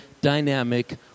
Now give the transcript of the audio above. dynamic